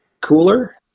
cooler